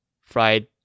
fried